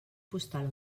postal